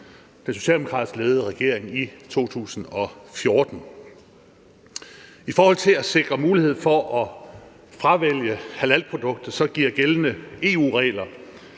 den socialdemokratisk ledede regering i 2014. I forhold til at sikre mulighed for at fravælge halalprodukter, så giver gældende EU-regler